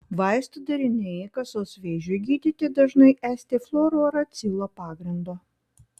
vaistų deriniai kasos vėžiui gydyti dažnai esti fluorouracilo pagrindo